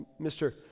Mr